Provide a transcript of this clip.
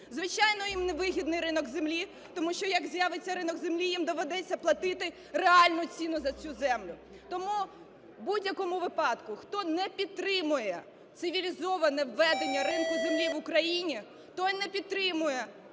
Звичайно, їм не вигідний ринок землі, тому що, як з'явиться ринок землі, їм доведеться платити реальну ціну за цю землю. Тому, в будь-якому випадку, хто не підтримує цивілізоване введення ринку землі в Україні, той не підтримує право